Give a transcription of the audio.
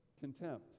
contempt